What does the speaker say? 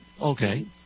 Okay